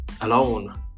alone